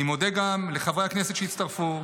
אני מודה גם לחברי הכנסת שהצטרפו,